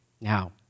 Now